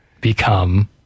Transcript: become